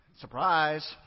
surprise